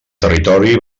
territori